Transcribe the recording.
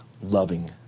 loving